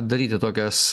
daryti tokias